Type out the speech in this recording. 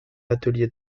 l’atelier